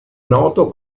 noto